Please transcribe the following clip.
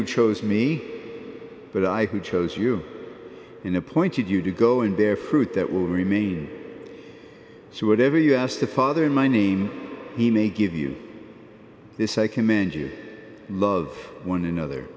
who chose me but i could chose you in appointed you to go in there fruit that will remain so whatever you ask the father in my name he may give you this i command you love one another